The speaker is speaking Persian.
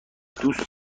دوست